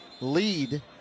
lead